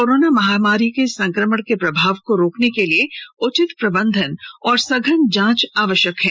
corona महामारी के संक्रमण के प्रभाव को रोकने के लिए उचित प्रबंधन एवं सघन जांच आवश्यक है